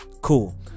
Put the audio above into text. cool